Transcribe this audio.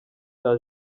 cya